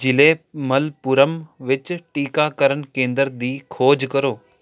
ਜ਼ਿਲ੍ਹੇ ਮਲਪੁਰਮ ਵਿੱਚ ਟੀਕਾਕਰਨ ਕੇਂਦਰ ਦੀ ਖੋਜ ਕਰੋ